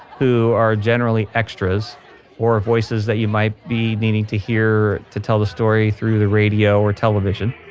who are generally extras or voices that you might be needing to hear to tell the story through the radio or television